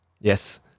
Yes